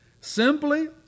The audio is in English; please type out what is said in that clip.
simply